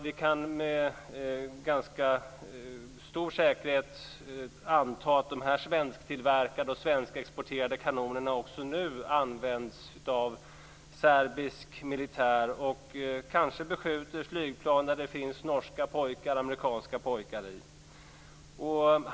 Vi kan med ganska stor säkerhet anta att de svensktillverkade och svenskexporterade kanonerna också nu används av serbisk militär och kanske beskjuter flygplan som det finns norska och amerikanska pojkar i.